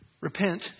Repent